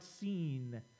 seen